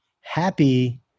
happy